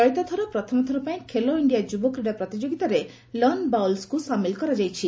ଚଳିତଥର ପ୍ରଥମ ଥର ପାଇଁ ଖେଲୋ ଇଣ୍ଡିଆ ଯୁବକ୍ରୀଡା ପ୍ରତିଯୋଗିତାରେ ଲନ୍ ବାଉଲ୍ୱକୁ ସାମିଲ କରାଯାଇଛି